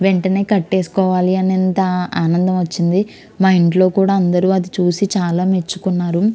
వెంటనే కట్టేసుకోవాలి అనేంత ఆనందం వచ్చింది మా ఇంట్లో కూడా అందరూ అది చూసి చాలా మెచ్చుకున్నారు